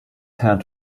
tend